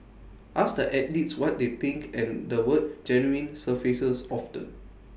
ask the athletes what they think and the word genuine surfaces often